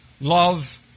love